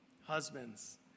Husbands